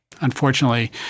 Unfortunately